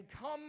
come